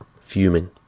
fuming